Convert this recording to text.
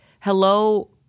hello